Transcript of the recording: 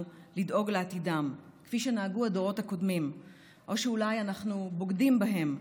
לדאוג לעתידם כפי שנהגו הדורות הקודמים או שאולי אנחנו בוגדים בהם,